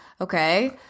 okay